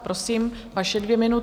Prosím, vaše dvě minuty.